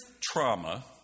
trauma